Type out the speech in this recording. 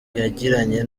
yagiranye